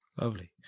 Lovely